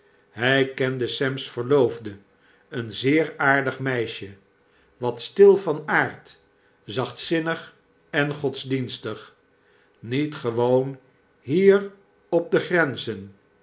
hy kende sem's verloofde een zeer aardig meisje wat stil van aard zachtzinnig en godsdienstig met gewoon hier op de grenzen